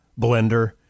blender